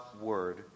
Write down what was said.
Word